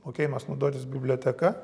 mokėjimas naudotis biblioteka